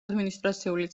ადმინისტრაციული